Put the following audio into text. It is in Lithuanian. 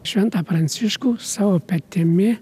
šventą pranciškų savo petimi